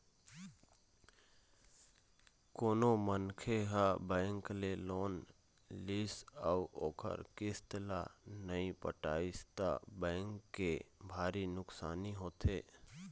कोनो मनखे ह बेंक ले लोन लिस अउ ओखर किस्त ल नइ पटइस त बेंक के भारी नुकसानी होथे